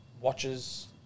watches